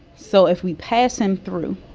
so if we pass him through,